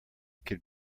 could